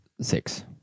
six